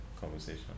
conversation